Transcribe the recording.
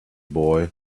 boy